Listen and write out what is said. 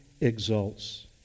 exalts